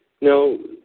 No